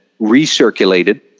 recirculated